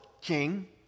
king